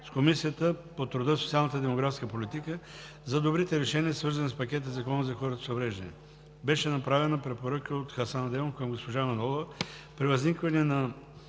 с Комисията по труда, социалната и демографската политика, за добрите решения, свързани с пакета закони за хората с увреждания. Беше направена препоръка от Хасан Адемов към госпожа Манолова при възникване на